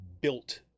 built